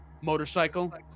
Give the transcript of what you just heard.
Motorcycle